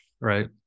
Right